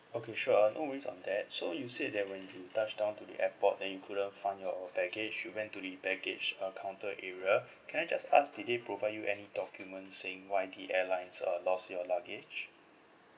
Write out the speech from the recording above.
okay sure uh no worries on that so you said that when you touch down to the airport then you couldn't find your baggage you went to the baggage uh counter area can I just ask did they provide you any documents saying why the airlines uh lost your luggage